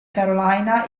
carolina